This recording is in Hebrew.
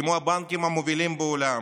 כמו הבנקים המובילים בעולם,